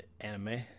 anime